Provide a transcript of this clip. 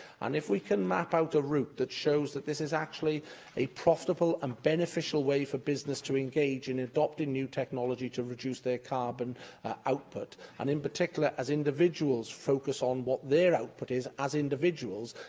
and if we can map out a route that shows that this is actually a profitable and beneficial way for business to engage in adopting new technology to reduce their carbon output, and, in particular, as individuals focus on what their output is as individuals,